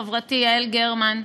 חברתי יעל גרמן,